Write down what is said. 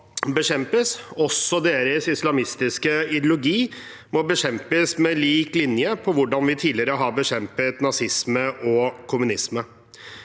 også deres islamistiske ideologi må bekjempes, på lik linje med hvordan vi tidligere har bekjempet nazisme og kommunisme.